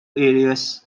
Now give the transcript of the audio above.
areas